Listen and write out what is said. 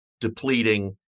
depleting